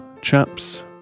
chaps